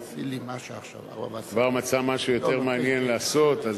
אבל הוא כבר מצא משהו יותר מעניין לעשות,